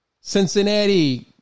Cincinnati